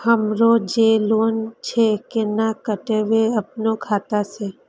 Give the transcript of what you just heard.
हमरो जे लोन छे केना कटेबे अपनो खाता से?